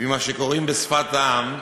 ומה שקוראים בשפת העם,